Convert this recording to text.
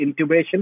intubation